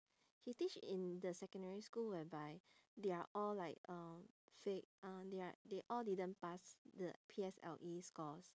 he teach in the secondary school whereby they are all like uh fai~ uh they are they all didn't pass the P_S_L_E scores